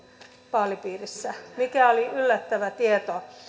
vaalipiirissä mikä oli yllättävä tieto